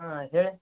ಹಾಂ ಹೇಳಿ